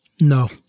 No